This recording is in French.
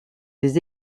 des